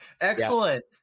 excellent